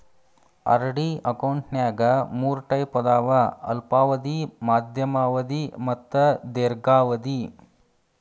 RD ಅಕೌಂಟ್ನ್ಯಾಗ ಮೂರ್ type ಅದಾವ ಅಲ್ಪಾವಧಿ ಮಾಧ್ಯಮ ಅವಧಿ ಮತ್ತ ದೇರ್ಘಾವಧಿ